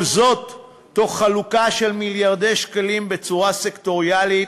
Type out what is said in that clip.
כל זאת תוך חלוקה של מיליארדי שקלים בצורה סקטוריאלית,